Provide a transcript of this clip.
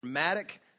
dramatic